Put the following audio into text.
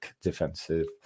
defensive